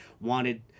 wanted